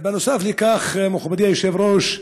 נוסף על כך, מכובדי היושב-ראש,